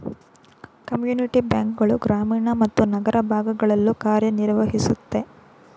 community bank ಗಳು ಗ್ರಾಮೀಣ ಮತ್ತು ನಗರ ಭಾಗಗಳಲ್ಲೂ ಕಾರ್ಯನಿರ್ವಹಿಸುತ್ತೆ